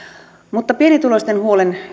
pienituloisten huolen